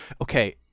okay